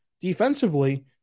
defensively